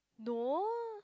no